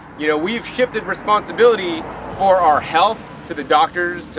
you know, we have shifted responsibility for our health to the doctors, to,